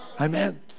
Amen